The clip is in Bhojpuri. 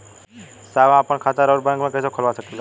साहब हम आपन खाता राउर बैंक में कैसे खोलवा सकीला?